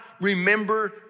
remember